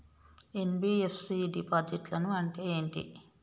NBFC డిపాజిట్లను అంటే ఏంటి?